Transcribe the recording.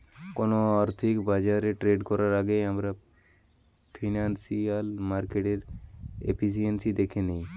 কোনো আর্থিক বাজারে ট্রেড করার আগেই আমরা ফিনান্সিয়াল মার্কেটের এফিসিয়েন্সি দ্যাখে নেয়